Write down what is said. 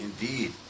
Indeed